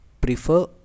prefer